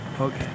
Okay